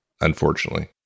unfortunately